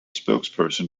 spokesperson